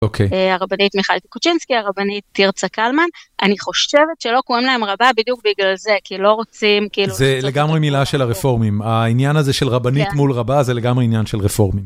אוקיי. הרבנית מיכל קוצ'ינסקי, הרבנית תרצה קלמן, אני חושבת שלא קראים להם רבה בדיוק בגלל זה, כי לא רוצים, כאילו... זה לגמרי מילה של הרפורמים, העניין הזה של רבנית מול רבה זה לגמרי עניין של רפורמים.